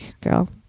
girl